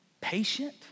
patient